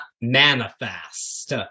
Manifest